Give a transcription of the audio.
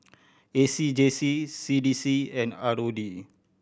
A C J C C D C and R O D